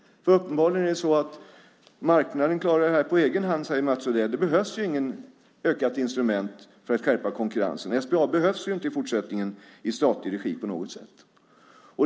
Uppenbarligen klarar ju marknaden av det på egen hand enligt Mats Odell, och då behövs det inget ytterligare instrument för att skärpa konkurrensen. SBAB behöver inte vara i statlig regi på något sätt i fortsättningen.